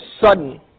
sudden